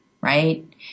right